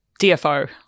DFO